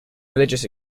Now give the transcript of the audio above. religious